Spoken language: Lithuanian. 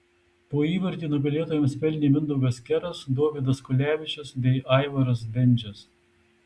po įvartį nugalėtojams pelnė mindaugas keras dovydas kulevičius bei aivaras bendžius